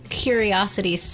curiosity